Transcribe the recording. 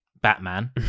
Batman